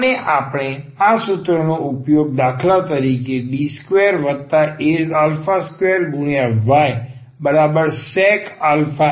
અને આપણે આ સૂત્રનો ઉપયોગ દાખલા તરીકે D2a2ysec ax માટે કરી શકીએ છીએ